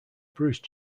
bruce